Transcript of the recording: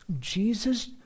Jesus